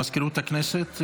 מזכירות הכנסת,